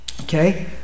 okay